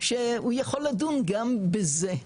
שהוא יכול לדון גם בזה,